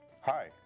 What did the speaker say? hi